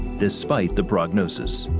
despite the prognosis.